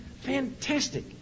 Fantastic